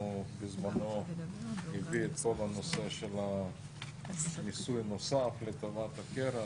הוא בזמנו הביא את כל הנושא של המיסוי הנוסף לטובת הקרן,